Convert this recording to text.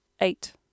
Eight